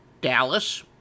Dallas